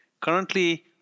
Currently